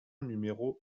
numéro